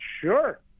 sure